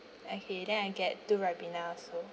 okay then I get two Ribena also